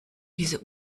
diese